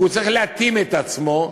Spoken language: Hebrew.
הוא צריך להתאים את עצמו,